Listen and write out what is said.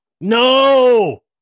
No